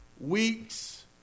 week's